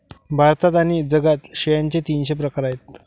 भारतात आणि जगात शेळ्यांचे तीनशे प्रकार आहेत